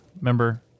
remember